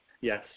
yes